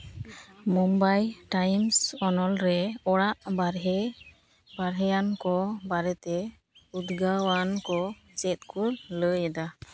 Mumbai Times ᱚᱱᱚᱞ ᱨᱮ ᱚᱲᱟᱜ ᱵᱟᱦᱨᱮ ᱵᱟᱦᱨᱮᱭᱟᱱ ᱠᱚ ᱵᱟᱨᱮᱛᱮ ᱩᱫᱽᱜᱟᱹᱣᱟᱱ ᱠᱚ ᱪᱮᱫ ᱠᱚ ᱞᱟᱹᱭ ᱮᱫᱟ